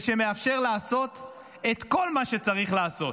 ושמאפשר לעשות את כל מה שצריך לעשות.